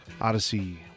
Odyssey